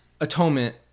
atonement